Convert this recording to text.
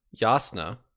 Yasna